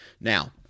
Now